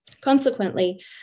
Consequently